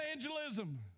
evangelism